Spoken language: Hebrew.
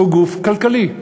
אותו גוף כלכלי,